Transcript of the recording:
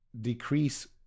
decrease